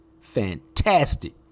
fantastic